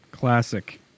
classic